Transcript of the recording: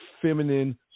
feminine